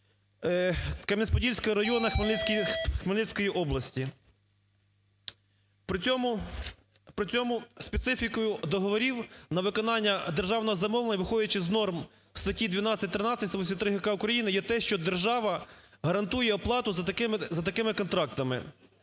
Каменець-Подільського району Хмельницької області. При цьому специфікою договорів на виконання державного замовлення, виходячи з норм статті 12-13… 183 ГК України є те, що держава гарантує оплату за такими контрактами.